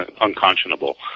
unconscionable